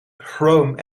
chrome